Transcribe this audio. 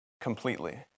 completely